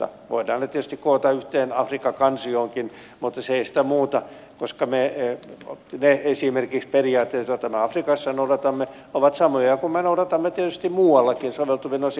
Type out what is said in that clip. voidaan ne tietysti koota yhteen afrikka kansioonkin mutta se ei sitä muuta koska esimerkiksi ne periaatteet joita me afrikassa noudatamme ovat samoja kuin ne joita me noudatamme tietysti muuallakin soveltuvin osin